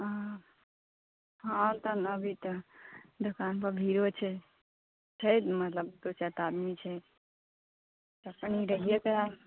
हँ आउ तहन अभी तऽ दोकान पर भिड़ो छै छै मतलब दू चारिटा आदमी छै तऽ कनि देरिये से आउ